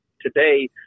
today